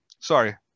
Sorry